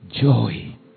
Joy